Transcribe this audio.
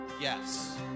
yes